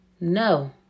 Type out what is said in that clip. No